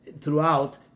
throughout